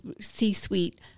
c-suite